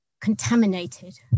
contaminated